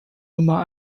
nummer